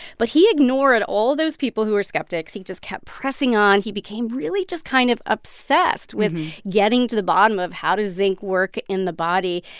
but he ignored all those people who were skeptics. he just kept pressing on. he became really just kind of obsessed with getting to the bottom of, how does zinc work in the body?